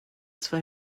zwei